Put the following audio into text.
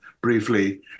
briefly